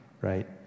right